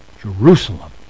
Jerusalem